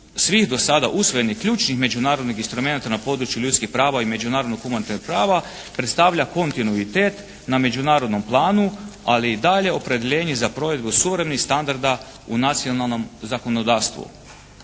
svih do sada usvojenih ključnih međunarodnih instrumenata na području ljudskih prava i međunarodnih humanitarnog prava predstavlja kontinuitet na međunarodnom planu ali i dalje opredjeljenje za provedbu suvremenih standarda u nacionalnom zakonodavstvu.